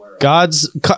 god's